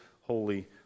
holy